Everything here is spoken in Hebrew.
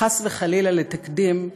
חס וחלילה לתקדים,